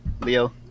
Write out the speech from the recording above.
Leo